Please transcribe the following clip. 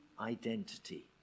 identity